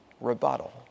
rebuttal